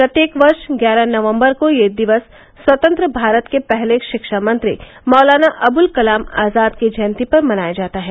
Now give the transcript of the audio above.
प्रत्येक वर्ष ग्यारह नवम्बर को यह दिवस स्वतंत्र भारत के पहले शिक्षा मंत्री मौलाना अबुल कलाम आजाद की जयंती पर मनाया जाता है